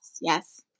Yes